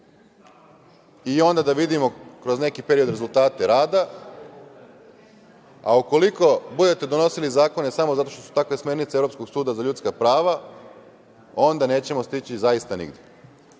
i onda da vidimo kroz neki period rezultate rada, a ukoliko budete donosili zakone samo zato što su takve smernice Evropskog suda za ljudska prava, onda nećemo stići, zaista, nigde.